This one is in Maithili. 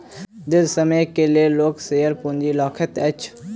दीर्घ समय के लेल लोक शेयर पूंजी रखैत अछि